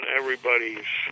everybody's